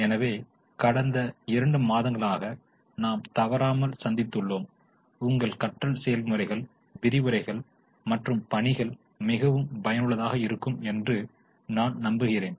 எனவே கடந்த 2 மாதங்களாக நாம் தவறாமல் சந்தித்துள்ளோம் உங்கள் கற்றல் செயல்முறைகள் விரிவுரைகள் மற்றும் பணிகள் மிகவும் பயனுள்ளதாக இருக்கும் என்று நான் நம்புகிறேன்